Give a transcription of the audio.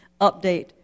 update